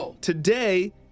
today